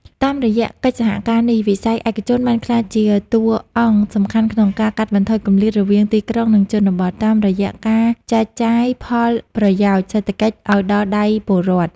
តាមរយៈកិច្ចសហការនេះ វិស័យឯកជនបានក្លាយជាតួអង្គសំខាន់ក្នុងការកាត់បន្ថយគម្លាតរវាងទីក្រុង និងជនបទ តាមរយៈការចែកចាយផលប្រយោជន៍សេដ្ឋកិច្ចឱ្យដល់ដៃពលរដ្ឋ។